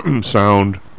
sound